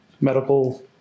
medical